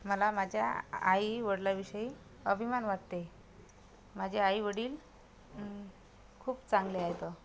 मला माझ्या आईवडिलाविषयी अभिमान वाटते माझे आईवडील खूप चांगले आहेत